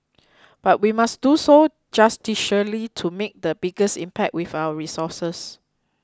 but we must do so judiciously to make the biggest impact with our resources